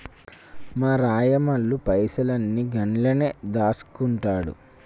మా రాయమల్లు పైసలన్ని గండ్లనే దాస్కుంటండు